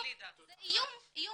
זה איום נוסף.